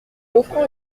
offrant